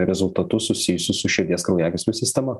rezultatus susijusius su širdies kraujagyslių sistema